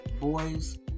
Boys